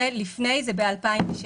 זה לפני הרפורמה, זה ב-2016.